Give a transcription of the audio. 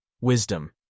wisdom